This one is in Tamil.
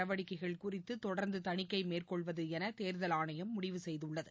நடவடிக்கைகள் குறித்து தொடர்ந்து தணிக்கை மேற்கொள்வதென தோதல் ஆணையம் முடிவு செய்துள்ளது